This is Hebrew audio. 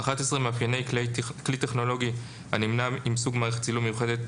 מאפייני כלי טכנולוגי הנמנה עם סוג מערכת צילום מיוחדת,